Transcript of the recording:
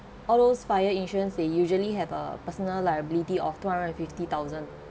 all those fire insurance they usually have a personal liability of two hundred and fifty thousand